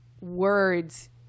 words